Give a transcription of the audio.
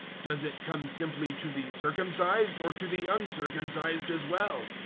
does it come simply to the circumcised, or to the uncircumcised as well?